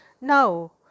Now